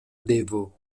devo